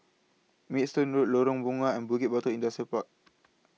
Maidstone Road Lorong Bunga and Bukit Batok Industrial Park